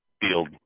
field